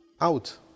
out